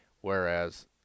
whereas